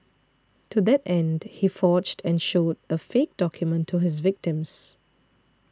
to that end he forged and showed a fake document to his victims